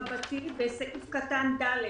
"(2)בסעיף קטן (ד),